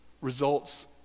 results